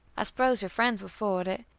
i suppose your friends will forward it.